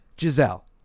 Giselle